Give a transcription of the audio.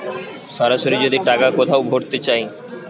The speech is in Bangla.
সরাসরি যদি টাকা কোথাও ভোরতে চায়